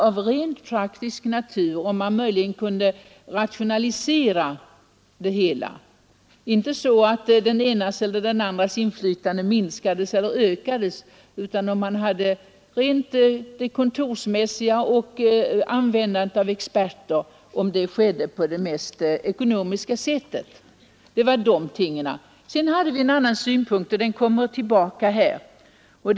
Avsikten var att undersöka om man möjligen kunde rationalisera utredningsväsendet, inte så att den enes eller andres inflytande minskades eller ökades, utan man skulle undersöka om det kontorsmässiga arbetet och användandet av experter skedde på det mest ekonomiska sättet. Sedan hade vi en annan synpunkt, och den kommer tillbaka här.